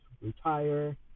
retire